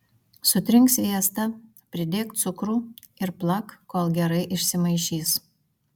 sutrink sviestą pridėk cukrų ir plak kol gerai išsimaišys